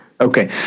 Okay